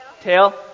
Tail